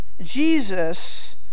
Jesus